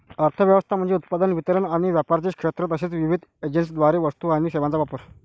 अर्थ व्यवस्था म्हणजे उत्पादन, वितरण आणि व्यापाराचे क्षेत्र तसेच विविध एजंट्सद्वारे वस्तू आणि सेवांचा वापर